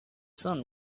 sun